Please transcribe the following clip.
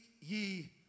ye